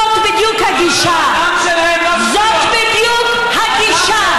זו בדיוק הגישה, זו בדיוק הגישה.